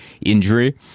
injury